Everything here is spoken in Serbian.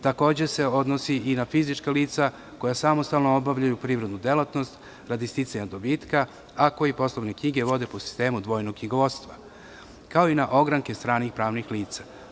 Takođe se odnosi i na fizička lica koja samostalno obavljaju privrednu delatnost radi sticanja dobitka, a koji poslovne knjige vode po sistemu dvojnog knjigovodstva, kao i na ogranke stranih pravnih lica.